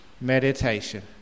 meditation